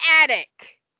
attic